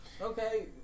Okay